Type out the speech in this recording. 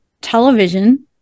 television